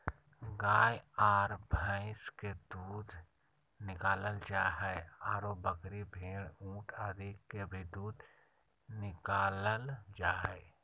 गाय आर भैंस के दूध निकालल जा हई, आरो बकरी, भेड़, ऊंट आदि के भी दूध निकालल जा हई